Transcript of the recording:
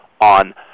on